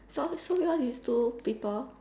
so so yours is two people